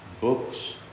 books